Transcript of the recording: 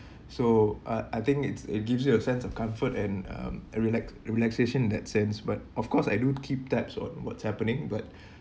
so uh I think it's it gives you a sense of comfort and um relax relaxation that sense but of course I do keep tabs on what's happening but